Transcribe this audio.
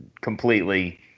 completely